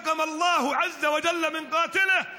מי ייתן והאל ירומם ויתעלה יתנקם ברוצחיו.